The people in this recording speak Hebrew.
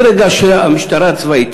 ברגע שהמשטרה הצבאית,